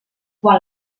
quan